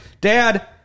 Dad